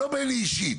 לא בני אישית,